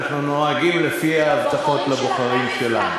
אנחנו נוהגים לפי ההבטחות לבוחרים שלנו.